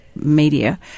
media